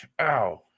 Ow